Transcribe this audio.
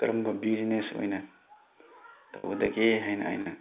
ꯀꯔꯝꯕ ꯕꯤꯖꯤꯅꯦꯁ ꯑꯣꯏꯅ ꯇꯧꯒꯗꯒꯦ ꯍꯥꯏꯅ ꯑꯩꯅ